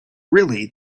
really